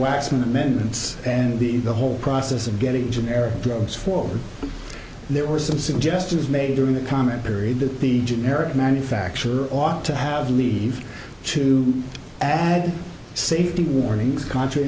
waxman amendments and the whole process of getting generic drugs forward there were some suggestions made during the comment period that the generic manufacturer ought to have leave to add safety warnings contr